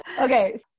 Okay